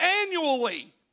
annually